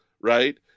right